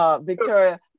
Victoria